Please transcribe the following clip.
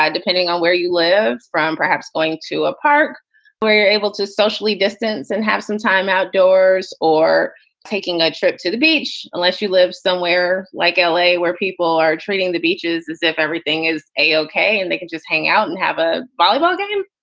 depending on where you live from perhaps going to a park where you're able to socially distance and have some time outdoors or taking a trip to the beach. unless you live somewhere like l a. where people are treating the beaches as if everything is ok and they can just hang out and have a volleyball game.